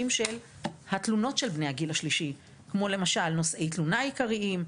מביאים לעצמנו עוד ועוד נתונים מהלשכה המרכזית לסטטיסטיקה.